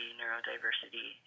neurodiversity